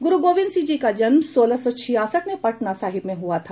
गुरू गोबिन्द सिंह जी का जन्म सोलह सौ छियासठ में पटना साहिब में हुआ था